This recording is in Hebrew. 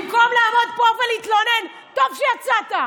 במקום לעמוד פה ולהתלונן, טוב שיצאת.